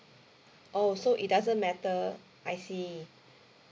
oh so it doesn't matter I see